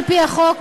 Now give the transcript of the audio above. על-פי החוק,